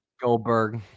Goldberg